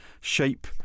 shape